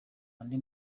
andi